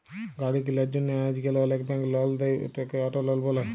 গাড়ি কিলার জ্যনহে আইজকাল অলেক ব্যাংক লল দেই, উটকে অট লল ব্যলে